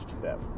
fifth